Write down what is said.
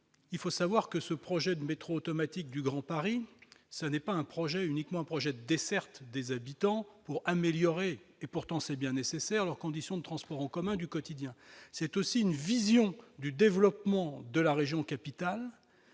il faut savoir que ce projet de métro automatique du Grand Paris, ce n'est pas un projet uniquement un projet des habitants pour améliorer et pourtant c'est bien nécessaire, leurs conditions de transports en commun du quotidien, c'est aussi une vision du développement de la région-capitale